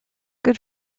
good